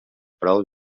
prou